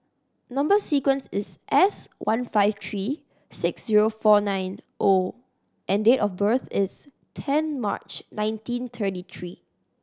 number sequence is S one five three six zero four nine O and date of birth is ten March nineteen thirty three